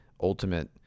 ultimate